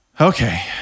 Okay